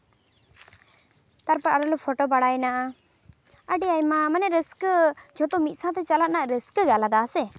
ᱛᱟᱨᱯᱚᱨ ᱟᱞᱮ ᱞᱮ ᱯᱷᱚᱴᱚ ᱵᱟᱲᱟᱭᱮᱱᱟ ᱟᱹᱰᱤ ᱟᱭᱢᱟ ᱢᱟᱱᱮ ᱨᱟᱹᱥᱠᱟᱹ ᱡᱷᱚᱛᱚ ᱢᱤᱫ ᱥᱟᱶᱛᱮ ᱪᱟᱞᱟᱜ ᱨᱮᱱᱟᱜ ᱨᱟᱹᱥᱠᱟᱹ ᱜᱮ ᱟᱞᱟᱫᱟ ᱦᱮᱸᱥᱮ